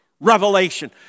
revelation